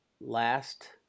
last